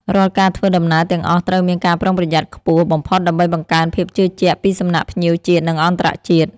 រាល់ការធ្វើដំណើរទាំងអស់ត្រូវមានការប្រុងប្រយ័ត្នខ្ពស់បំផុតដើម្បីបង្កើនភាពជឿជាក់ពីសំណាក់ភ្ញៀវជាតិនិងអន្តរជាតិ។